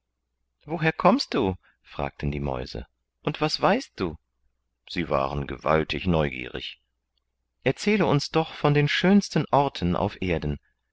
woher kommst du fragten die mäuse und was weißt du sie waren gewaltig neugierig erzähle uns doch von den schönsten orten auf erden